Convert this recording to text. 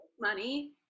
money